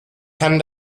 kann